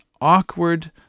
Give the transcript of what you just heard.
awkward